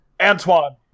antoine